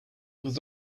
was